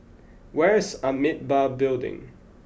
where is Amitabha Building